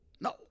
No